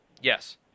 Yes